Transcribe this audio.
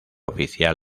oficial